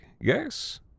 yes